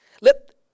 Let